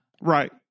Right